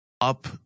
up